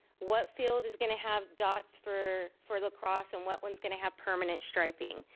what field is gonna have dots for for lacrosse, and what one's gonna have permanent striping?